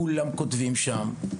כולם כותבים שם,